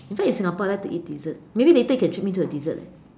in fact in Singapore I like to eat dessert maybe later you can treat me to a dessert leh